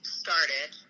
started